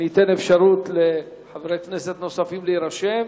אני אאפשר לחברי כנסת נוספים להירשם,